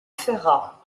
ferrat